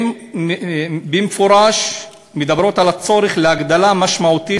הן מדברות במפורש על הצורך להגדיל משמעותית